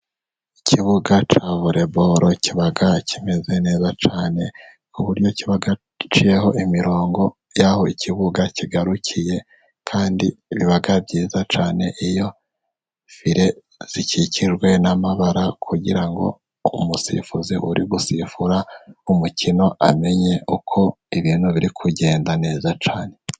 Ikibuga cya voreboro kiba kimeze neza cyane, ku buryo kiba giciyeho imirongo y'aho ikibuga kigarukiye, kandi biba byiza cyane iyo fire zikikijwe n'amabara, kugira ngo umusifuzi uri gusifura umukino, amenye uko ibintu biri kugenda neza cyane,